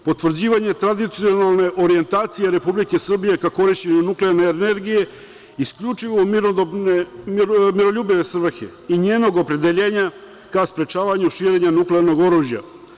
Potvrđivanje tradicionalne orijentacije Republike Srbije ka korišćenju nuklearne energije isključivo u miroljubive svrhe i njenog opredeljenja ka sprečavanju širenja nuklearnog oružja.